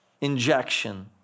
injection